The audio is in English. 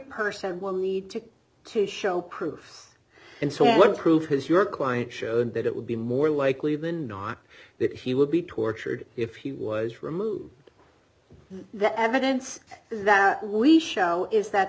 person will need to to show proof and so what proof has your client showed that it would be more likely than not that he would be tortured if he was removed the evidence that we show is that